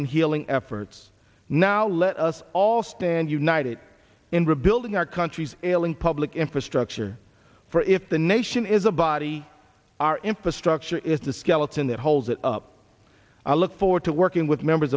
healing efforts now let us all stand united in rebuilding our country's ailing public infrastructure for if the nation is a body our infrastructure is the skeleton that holds it up i look forward to working with members